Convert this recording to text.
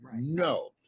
No